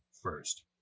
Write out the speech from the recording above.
first